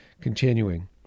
Continuing